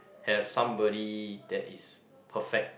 have somebody that is perfect